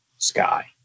Sky